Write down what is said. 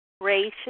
gracious